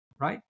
right